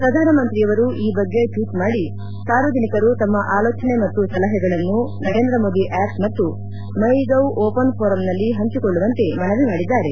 ಪ್ರಧಾನಮಂತ್ರಿಯವರು ಈ ಬಗ್ಗೆ ಟ್ವೀಟ್ ಮಾಡಿ ಸಾರ್ವಜನಿಕರು ತಮ್ಮ ಆಲೋಚನೆ ಮತ್ತು ಸಲಹೆಗಳನ್ನು ನರೇಂದ್ರ ಮೋದಿ ಆ್ವಪ್ ಮತ್ತು ಮೈ ಗೌ ಓಪನ್ ಫೋರಂನಲ್ಲಿ ಹಂಚಿಕೊಳ್ಳುವಂತೆ ಮನವಿ ಮಾಡಿದ್ದಾರೆ